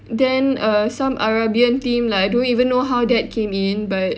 then err some Arabian theme I don't even know how that came in but